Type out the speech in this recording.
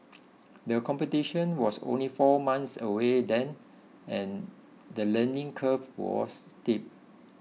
the competition was only four months away then and the learning curve was steep